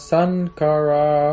Sankara